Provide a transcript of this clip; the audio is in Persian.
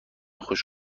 خوش